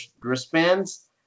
wristbands